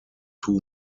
two